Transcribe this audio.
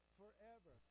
forever